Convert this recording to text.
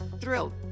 thrilled